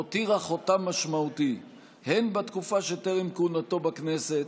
הותירה חותם משמעותי הן בתקופה שטרם כהונתו בכנסת,